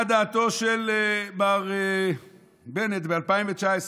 מה דעתו של מר בנט ב-2019?